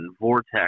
Vortex